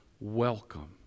welcome